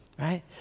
right